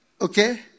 Okay